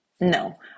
no